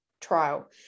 trial